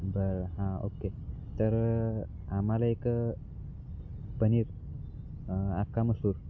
बरं हां ओके तर आम्हाला एक पनीर आख्खा मसूर